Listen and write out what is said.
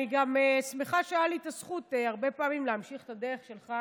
אני גם שמחה שהייתה לי הזכות הרבה פעמים להמשיך את הדרך שלך.